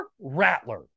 Rattler